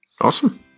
awesome